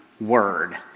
Word